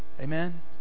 Amen